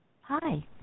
Hi